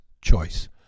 choice